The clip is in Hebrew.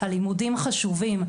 הלימודים חשובים,